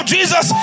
Jesus